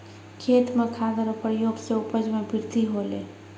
खेत मे खाद रो प्रयोग से उपज मे बृद्धि होलै